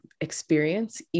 experience